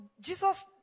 Jesus